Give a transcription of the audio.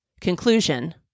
Conclusion